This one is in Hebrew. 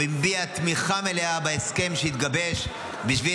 הוא הביע תמיכה מלאה בהסכם שהתגבש בשביל